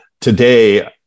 today